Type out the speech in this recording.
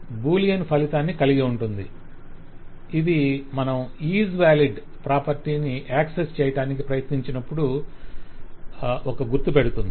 ఇది బూలియన్ ఫలితాన్ని కలిగి ఉంటుంది ఇది మనం 'IsValid' ప్రాపర్టీని యాక్సెస్ చేయడానికి ప్రయత్నించినప్పుడు గుర్తు పెడుతుంది